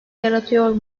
yaratıyor